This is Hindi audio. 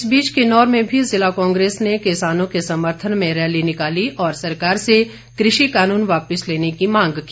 इस बीच किन्नौर में भी जिला कांग्रेस ने किसानों के समर्थन में रैली निकाली और सरकार से कृषि कानून वापिस लेने की मांग की